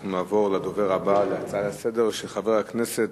אנחנו נעבור להצעה לסדר-היום של חבר הכנסת